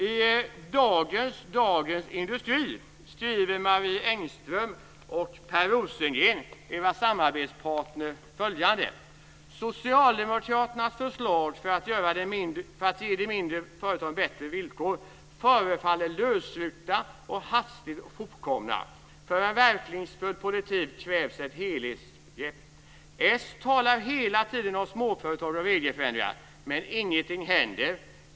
I dagens nummer av Dagens Industri skriver Marie Engström och Per Rosengren, era samarbetspartner, följande: "Socialdemokraternas förslag för att ge de mindre företagen bättre villkor förefaller lösryckta och hastigt hopkomna. För en verkningsfull politik krävs ett helhetsgrepp. - S talar hela tiden om småföretag och regelförändringar men ingenting händer.